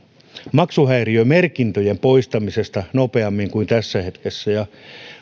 maksuhäiriömerkintöjen poistamisesta nopeammin kuin tässä hetkessä ja